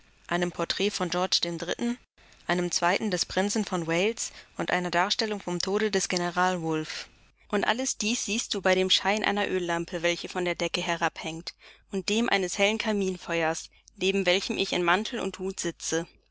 einem porträt von georg iii einem zweiten des prinzen von wales und einer darstellung vom tode des general wolfe und alles dies siehst du bei dem schein einer öllampe welche von der decke herabhängt und dem eines hellen kaminfeuers neben welchem ich in mantel und hut sitze